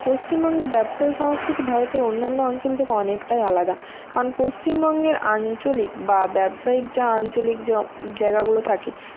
পশ্চিমবঙ্গে ব্যবসায়ী সংস্কৃতি ভারতের অন্যান্য অঞ্চল থেকে অনেকটাই আলাদা কারণ পশ্চিমবঙ্গের আঞ্চলিক বা ব্যবসায়িক যা আঞ্চলিক যে জায়গাগুলো থাকে